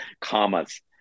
commas